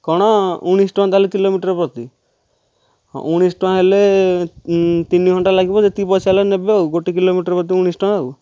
କ'ଣ ଉଣେଇଶ ଟଙ୍କା ତା'ହେଲେ କିଲୋମିଟର ପ୍ରତି ଉଣେଇଶ ଟଙ୍କା ହେଲେ ତିନିଘଣ୍ଟା ଲାଗିବ ଯେତିକି ପଇସା ହେଲେ ନେବେ ଆଉ ଗୋଟିଏ କିଲୋମିଟର ପ୍ରତି ଉଣେଇଶ ଟଙ୍କା ଆଉ